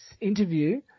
interview